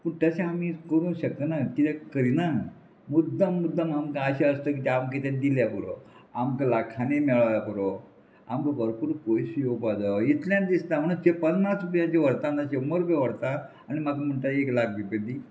पूण तशें आमी करूंक शकना किदें करिना मुद्दम आमकां आशा आसता की ते आमकां कितें दिल्या पुरो आमकां लाखानी मेळया पुरो आमकां भरपूर पयस येवपा जायो इतल्यान दिसता म्हणून पन्नास रुपयाचे व्हरता ना शंबर रुपया व्हरता आनी म्हाका म्हणटा एक लाख बी पय